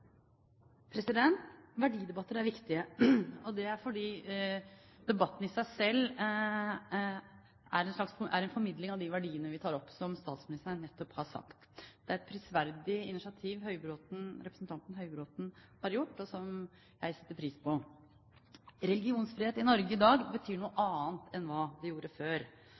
er viktige. Det er fordi debatten i seg selv er en formidling av de verdiene vi tar opp, som statsministeren nettopp har sagt. Det er et prisverdig initiativ representanten Høybråten har tatt. Det setter jeg pris på. Religionsfrihet i Norge i dag betyr noe annet enn hva det gjorde før.